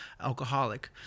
alcoholic